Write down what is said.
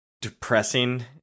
depressing